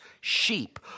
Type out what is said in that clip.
sheep